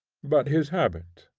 but his habit.